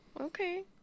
okay